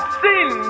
sin